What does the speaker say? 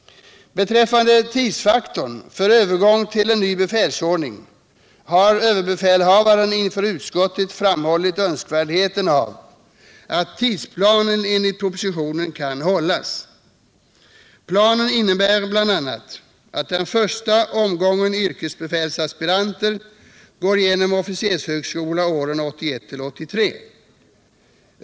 Beträffande tidsfaktorn för övergång till en ny befälsordning har överbefälhavaren inför utskottet framhållit önskvärdheten av att tidsplanen enligt propositionen kan hållas. Planen innebär bl.a. att den första omgången yrkesbefälsaspiranter går genom officershögskola åren 1981-1983.